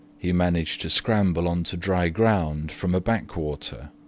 he managed to scramble on to dry ground from a backwater.